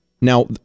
now